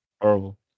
Horrible